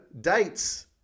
dates